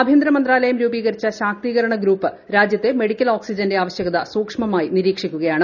ആഭ്യന്തരമന്ത്രാലയം രൂപീകരിച്ച ശാക്തീകരണ ഗ്രൂപ്പ് രാജ്യത്തെ മെഡിക്കൽ ഓക്സിജന്റെ ആവശ്യകത സൂക്ഷ്മമായി നിരീക്ഷിക്കുക്കയാണ്